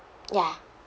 ya